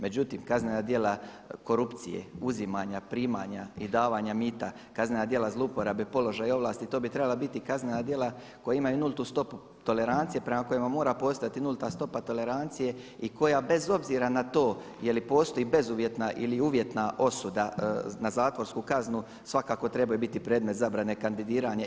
Međutim, kaznena djela korupcije, uzimanja, primanja i davanja mita, kaznena djela zloupotrebe položaja i ovlasti to bi trebala biti kaznena djela koja imaju nultu stopu tolerancije, prema kojima mora postojati nulta stopa tolerancije i koja bez obzira na to je li postoji bezuvjetna ili uvjetna osuda na zatvorsku kaznu svakako trebaju biti predmet zabrane kandidiranja.